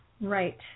Right